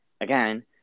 again